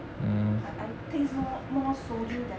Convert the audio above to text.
I I taste more more soju than